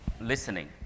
listening